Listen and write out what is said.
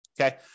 Okay